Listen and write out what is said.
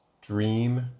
Dream